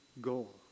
goal